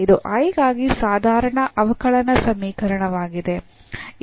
ಇದು I ಗಾಗಿ ಸಾಧಾರಣ ಅವಕಲನ ಸಮೀಕರಣವಾಗಿದೆ